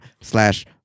slash